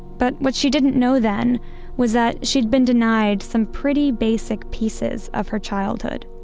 but what she didn't know then was that she had been denied some pretty basic pieces of her childhood.